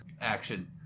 action